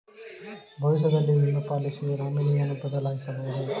ಭವಿಷ್ಯದಲ್ಲಿ ವಿಮೆ ಪಾಲಿಸಿಯ ನಾಮಿನಿಯನ್ನು ಬದಲಾಯಿಸಬಹುದೇ?